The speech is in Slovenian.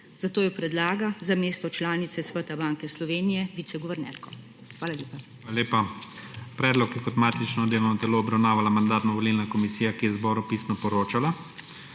Zato jo predlaga za mesto članice sveta Banke Slovenije viceguvernerko. Hvala lepa. PREDSEDNIK IGOR ZORČIČ: Hvala lepa. Predlog je kot matično delovno telo obravnavala Mandatno-volilna komisija, ki je zboru pisno poročala.